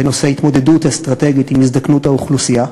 בנושא התמודדות אסטרטגית עם הזדקנות האוכלוסייה.